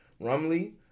Rumley